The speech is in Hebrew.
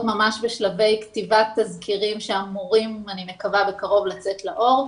ממש בשלבי כתיבת תזכירים שאמורים בקרוב לצאת לאור.